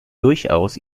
durchaus